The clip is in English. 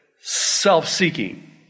self-seeking